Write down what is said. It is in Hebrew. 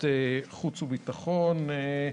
שלום לכולם,